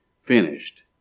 finished